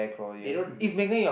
they don't